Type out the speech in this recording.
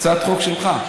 הצעת חוק שלך.